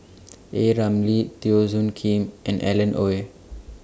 A Ramli Teo Soon Kim and Alan Oei